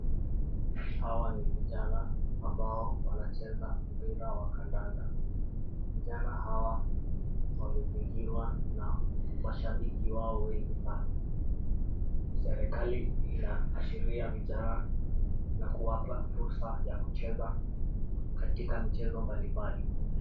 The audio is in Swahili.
Hawa ni vijana ambao wanacheza mpira wa kandanda. Vijana hawa wamezingirwa na mashabiki wao wengi sana. Serikali inaashiria vijana na kuwapa fursa ya kucheza katika michezo mbalimbali.